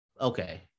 okay